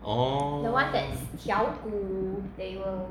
oh